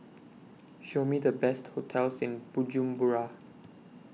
Show Me The Best hotels in Bujumbura